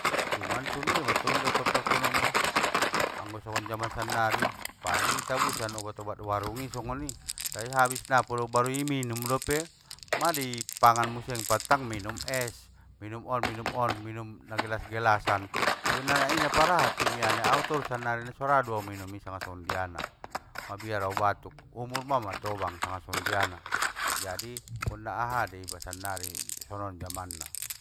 Cuman songondia matongg idokon parpanombo, anggo songon jaman sannari, paling itabusan obat obat warungi songoni, tai abis, baru iminum dope ma dipanggan muse pattang minum es, minum on minum on minum nagelas gelasan. Sebenarna i naparahan kimiana i au torus sannari nasorado aui minumi sanga songondiana, mabiar au batuk, umur mang matobang sanga songondiana, jadi angkon na aha dei iba sannari sonon jamanna.